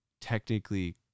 technically